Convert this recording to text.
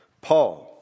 Paul